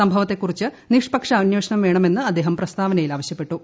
സംഭവത്തെക്കുറിച്ച് നിഷ്പക്ഷ അന്വേഷണം വേണമെന്ന് അദ്ദേഹം പ്രസ്താവനയിൽ ആവശ്യപ്പെട്ടു